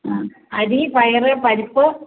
ആ അരി പയർ പരിപ്പ്